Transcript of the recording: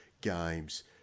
games